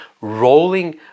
rolling